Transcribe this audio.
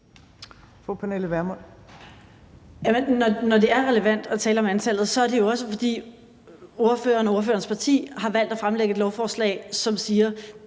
Når det er relevant at tale om antallet, er det jo også, fordi ordføreren og ordførerens parti har valgt at fremsætte et lovforslag, som siger,